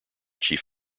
chief